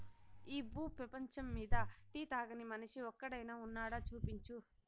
ఈ భూ పేపంచమ్మీద టీ తాగని మనిషి ఒక్కడైనా వున్నాడా, చూపించు